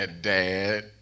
dad